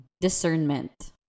Discernment